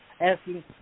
asking